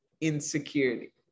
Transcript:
insecurity